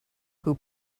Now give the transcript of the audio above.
who